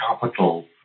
capital